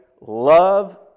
love